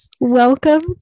Welcome